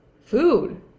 food